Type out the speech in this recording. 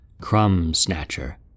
Crumb-snatcher